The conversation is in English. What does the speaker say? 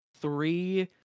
three